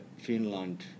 Finland